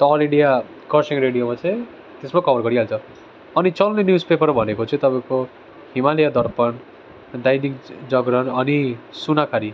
त all India Kurseong रेडियोमाचाहिँ त्यसमा कभर गरिहाल्छ अनि चल्ने न्युज पेपर भनेकोचाहिँ तपाईँको हिमालय दर्पण दैनिक जागरण अनि सुनाखरी